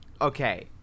okay